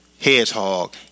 hedgehog